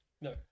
No